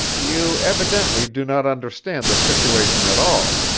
you evidently do not understand the situation at all.